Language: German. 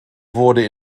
wurde